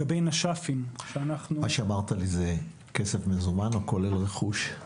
מה שאמרת לי, זה כסף מזומן או כולל רכוש?